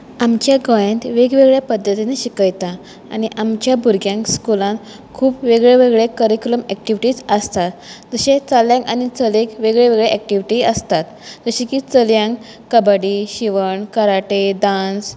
आमच्या गोंयांत वेग वेगळ्या पद्दतींनी शिकयता आनी आमच्या भुरग्यांक स्कुलांत वेगळे वेगळे करिकुलम एक्टिविटीज आसतात चलयांक आनी चलयेंक वेगळ्यो वेगळ्यो एक्टिविटीज आसतात जशें की चलयांक कबड्डी शिवण कराटे डांस